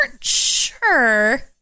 sure